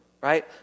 right